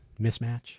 mismatch